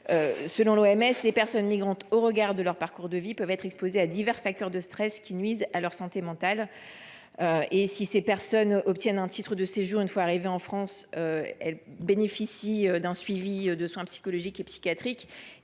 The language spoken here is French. santé (OMS), les personnes migrantes, compte tenu de leurs parcours de vie, sont exposées à divers facteurs de stress, qui nuisent à leur santé mentale. Si ces personnes obtiennent un titre de séjour une fois arrivées en France, elles bénéficient d’un suivi et de soins psychologiques et psychiatriques.